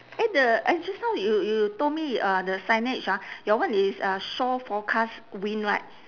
eh the I just now you you told me uh the signage ah your one is uh shore forecast wind right